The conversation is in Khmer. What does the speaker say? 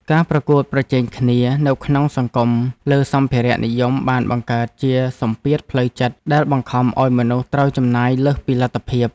ការប្រកួតប្រជែងគ្នានៅក្នុងសង្គមលើសម្ភារៈនិយមបានបង្កើតជាសម្ពាធផ្លូវចិត្តដែលបង្ខំឱ្យមនុស្សត្រូវចំណាយលើសពីលទ្ធភាព។